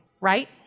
right